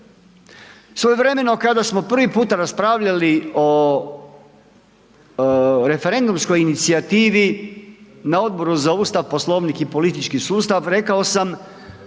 Svojevremeno kada smo prvi puta raspravljali o referendumskoj inicijativi na Odboru za Ustav, Poslovnik i politički sustav, rekao sam